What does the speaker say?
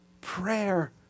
Prayer